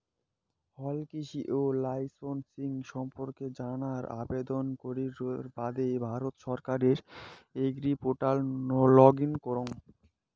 হালকৃষি লাইসেমসিং সম্পর্কে জানার আবেদন করির বাদে ভারত সরকারের এগ্রিপোর্টাল লগ ইন করঙ